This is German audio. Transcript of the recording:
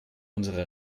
unsere